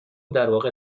درواقع